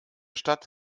stadt